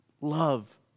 Love